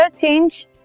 change